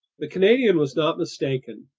the canadian was not mistaken.